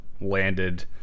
landed